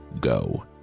go